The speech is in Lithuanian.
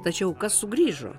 tačiau kas sugrįžo